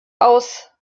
aus